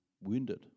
wounded